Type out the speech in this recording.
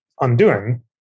undoing